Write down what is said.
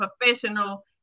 professional